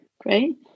great